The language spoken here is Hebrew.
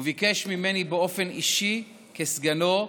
וביקש ממני באופן אישי, כסגנו,